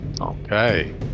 Okay